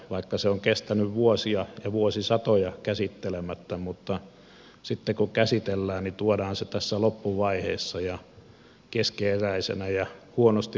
vaikka se on kestänyt vuosia ja asia ollut vuosisatoja käsittelemättä niin sitten kun käsitellään tuodaan se tässä loppuvaiheessa keskeneräisenä ja huonosti valmisteltuna